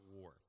war